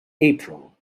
april